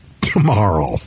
tomorrow